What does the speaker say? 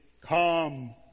Come